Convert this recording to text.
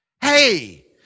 Hey